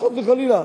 חס וחלילה.